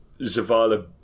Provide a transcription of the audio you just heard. Zavala